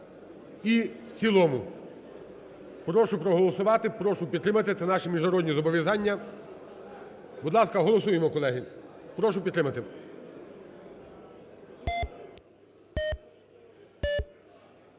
і в цілому. Прошу проголосувати, прошу підтримати, це наші міжнародні зобов'язання. Будь ласка, голосуємо, колеги, прошу підтримати.